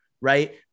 Right